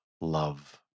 love